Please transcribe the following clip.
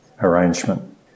arrangement